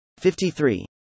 53